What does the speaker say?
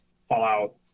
Fallout